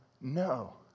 No